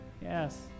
yes